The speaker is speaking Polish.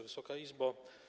Wysoka Izbo!